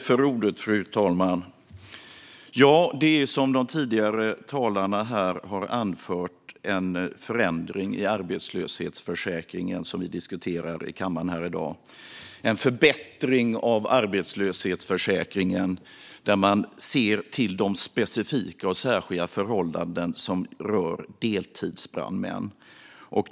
Fru talman! Som tidigare talare har anfört diskuterar vi här i dag en förändring i arbetslöshetsförsäkringen. Det är en förbättring av arbetslöshetsförsäkringen där man ser till de specifika och särskilda förhållanden som rör deltidsbrandmän.